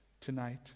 tonight